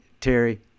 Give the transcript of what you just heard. Terry